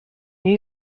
new